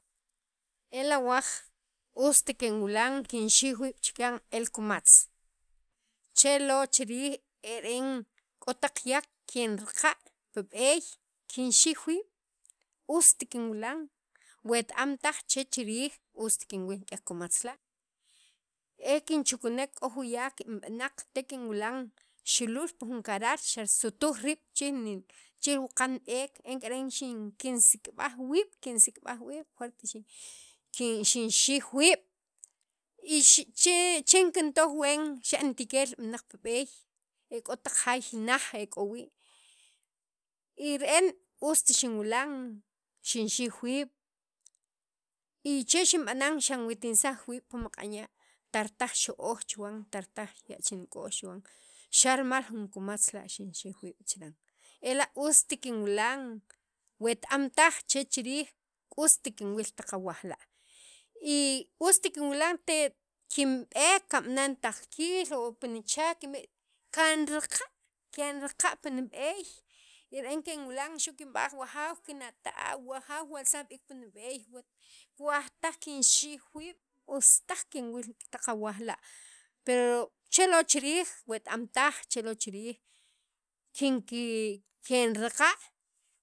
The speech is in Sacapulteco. Ela' awaj ust kinwilan kinxij wiib' chikyan el kumatz chelo chirij ere'en k'o taq yaq kinraqa' pi b'eey kinxiij wib' ust kinwilan wet- am taj chech riij usti kinwil naj kumatz la' e kinchukunek k'o juyak ib'anaq te kinwilan xilul pi jun karal xisutuj riib' chij chij wunaq b'eek enk'eren kin kinsik'ib'aj wiib' kinsik'ib'aj wiib' y chen kitow wen xa nitikel inb'anaq pi b'eey e k'o taq jaay naj ek'o wii' y re'en ust xinwilan xinxij wiib' y che xinb'anan xinawitinsaj wiib' pi maq'anya' tartaj xo'oj chuwan tartaj yachink'o'x chuwan xa' rimal jun kumatz la' xinxij wiib' chiran ela' ust kinwilan weta am taj che chirij ust kinwil taq awaj la' y ust kinwilan te kinb'eek kanb'ana' nitaqkiil o pi nichaak kinb'eek kanraqa' keraqa' pi nib'eey ere'en kenwilan xu' kinb'aj wujaab' kinata'a' wujaaw walsaj b'iik pi nib'eey kuwaj taj kinxiij wiib' ustaj kinwiil taq awaj la' pero chelo chirij wet- am taj chelo chirij kinki kenraqa'.